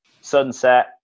Sunset